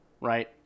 Right